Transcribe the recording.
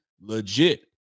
legit